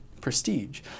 prestige